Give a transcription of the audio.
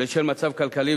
בשל מצב כלכלי,